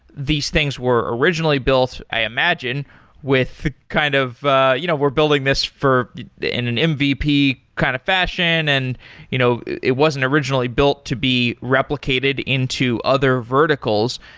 these things were originally built i imagine with kind of you know we're building this for in an mvp kind of fashion, and you know it wasn't originally built to be replicated into other verticals.